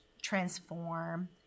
transform